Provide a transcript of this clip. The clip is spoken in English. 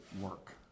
work